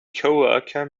coworker